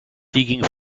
digging